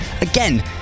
Again